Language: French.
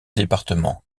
département